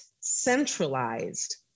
centralized